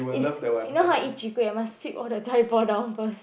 is you know how I eat chwee-kueh I must sweep all the chai-poh down first